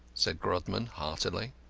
said grodman, heartily.